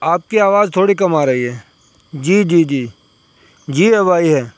آپ کی آواز تھوڑی کم آ رہی ہے جی جی جی جی اب آئی ہے